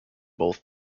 both